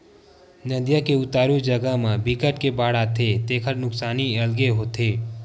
नदिया के उतारू जघा म बिकट के बाड़ आथे तेखर नुकसानी अलगे होथे